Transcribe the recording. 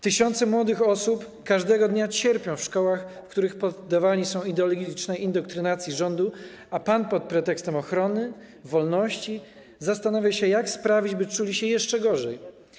Tysiące młodych osób każdego dnia cierpią w szkołach, w których poddawani są ideologicznej indoktrynacji rządu, a pan pod pretekstem ochrony, wolności zastanawia się, jak sprawić, by czuli się jeszcze gorzej.